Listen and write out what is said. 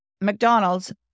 McDonald's